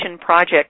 project